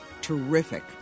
terrific